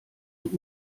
und